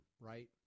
right